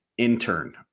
intern